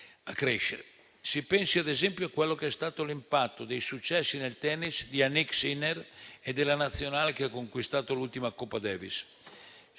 Si pensi, ad esempio, all'impatto dei successi nel tennis di Jannik Sinner e della Nazionale che ha conquistato l'ultima Coppa Davis.